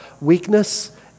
weakness